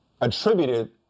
attributed